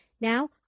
Now